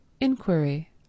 inquiry